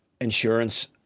insurance